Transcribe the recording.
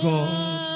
God